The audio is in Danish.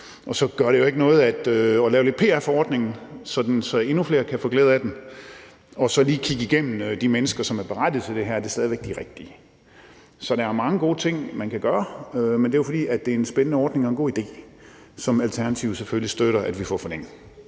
Og så gør det jo ikke noget at lave lidt pr for ordningen, sådan at endnu flere kan få glæde af den. Så skal vi også lige have kigget på, om de mennesker, som er berettiget til det her, stadig væk er de rigtige. Så der er mange gode ting, man kan gøre, men det er jo, fordi det er en spændende ordning og en god idé, som Alternativet selvfølgelig støtter at vi får forlænget.